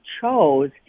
chose